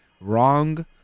wrong